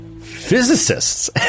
physicists